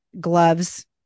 gloves